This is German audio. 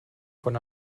von